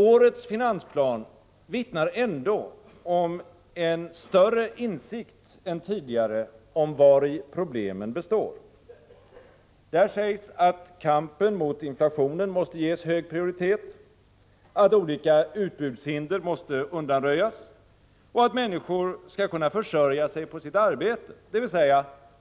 Årets finansplan vittnar ändå om en större insikt än tidigare om vari problemen består. Där sägs att kampen mot inflationen måste ges hög prioritet, att olika utbudshinder måste undanröjas och att människor skall kunna försörja sig på sitt arbete, dvs.